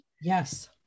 Yes